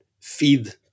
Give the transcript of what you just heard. feed